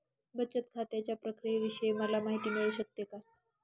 बचत खात्याच्या प्रक्रियेविषयी मला माहिती मिळू शकते का?